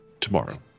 tomorrow